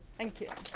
thank you.